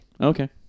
Okay